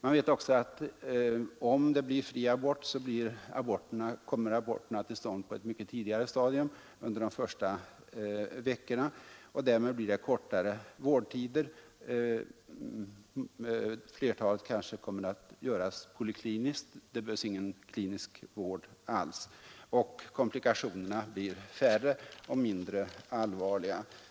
Man vet också att om det blir fri abort, kommer ingreppen till stånd på ett mycket tidigare stadium — under de första veckorna — och därmed blir det kortare vårdtider. Flertalet aborter kommer då att göras polikliniskt, varför det inte kommer att behövas någon klinisk vård alls. Komplikationerna blir också färre och mindre allvarliga.